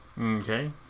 Okay